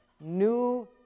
new